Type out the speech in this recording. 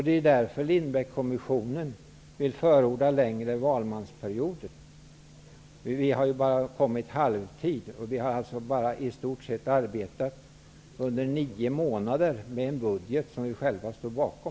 Det är därför Lindbeckkommissionen förordar längre valmansperioder. Vi har bara kommit halvvägs. Vi har i stort sett arbetat bara nio månader med en budget som vi själva står bakom.